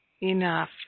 enough